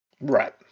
Right